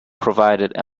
provided